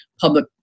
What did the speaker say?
public